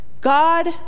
God